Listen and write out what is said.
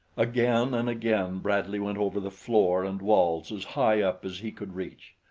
again and again bradley went over the floor and walls as high up as he could reach.